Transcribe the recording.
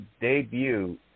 debut